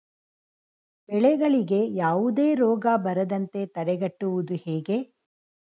ಬೆಳೆಗಳಿಗೆ ಯಾವುದೇ ರೋಗ ಬರದಂತೆ ತಡೆಗಟ್ಟುವುದು ಹೇಗೆ?